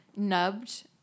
nubbed